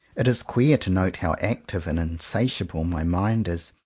it is queer to note how active and insatiable my mind is,